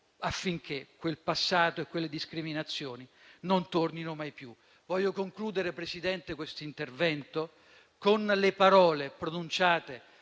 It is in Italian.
affinché quel passato e quelle discriminazioni non tornino mai più. Signora Presidente, voglio concludere questo intervento con le parole pronunciate